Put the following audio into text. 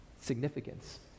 Significance